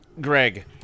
Greg